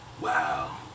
Wow